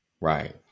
Right